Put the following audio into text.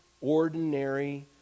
ordinary